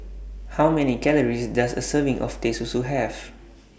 How Many Calories Does A Serving of Teh Susu Have